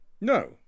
No